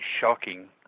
shocking